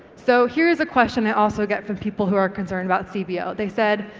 so here's a question i also get from people who are concerned about cbo. they said,